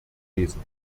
lesen